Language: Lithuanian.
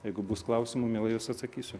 jeigu bus klausimų mielai atsakysiu